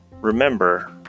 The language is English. remember